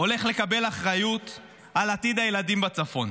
הולך לקבל אחריות על עתיד הילדים בצפון,